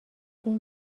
این